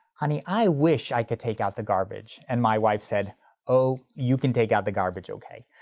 honey i wish i could take out the garbage. and my wife said oh you can take out the garbage okay.